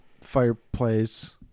fireplace